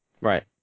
Right